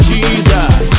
Jesus